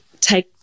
take